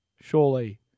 surely